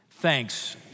Thanks